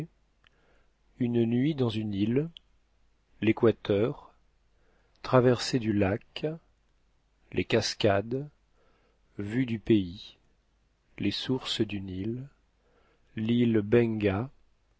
une nuit dans une île l'équateur traversée du lac les cascades vue du pays les sources du nil l'île benga